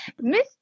Miss